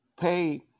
pay